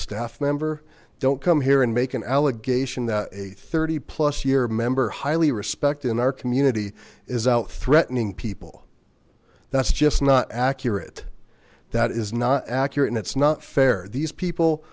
staff member don't come here and make an allegation that a thirty plus year member highly respected in our community is out threatening people that's just not accurate that is not accurate and it's not fair these people